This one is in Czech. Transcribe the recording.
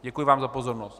Děkuji vám za pozornost.